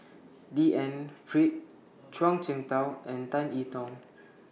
D N Pritt Zhuang Shengtao and Tan E Tong